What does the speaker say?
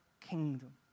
kingdom